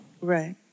Right